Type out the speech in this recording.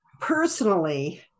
Personally